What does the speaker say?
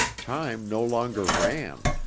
time no longer ran.